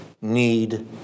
need